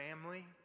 family